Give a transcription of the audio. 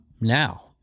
Now